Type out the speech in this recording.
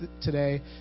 today